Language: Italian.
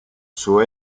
suo